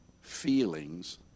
feelings